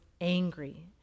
angry